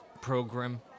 program